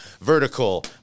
vertical